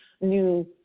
new